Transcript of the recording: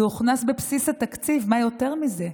זה הוכנס בבסיס התקציב, מה יותר מזה?